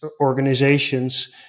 organizations